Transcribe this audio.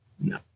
no